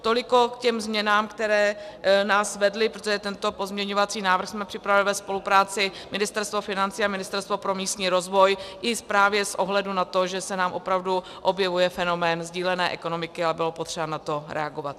Toliko k těm změnám, které nás vedly, protože tento pozměňovací návrh jsme připravili ve spolupráci Ministerstva financí a Ministerstva pro místní rozvoj i právě s ohledem na to, že se nám opravdu objevuje fenomén sdílené ekonomiky, a bylo potřeba na to reagovat.